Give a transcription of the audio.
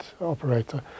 operator